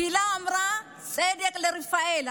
הקהילה אמרה: צדק לרפאל.